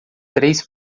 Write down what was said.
três